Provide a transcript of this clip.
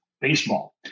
baseball